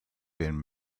been